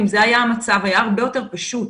אם זה היה המצב היה הרבה יותר פשוט.